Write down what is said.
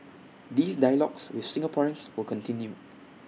these dialogues with Singaporeans will continue